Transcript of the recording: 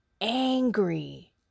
angry